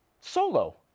solo